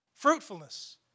Fruitfulness